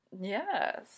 Yes